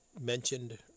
mentioned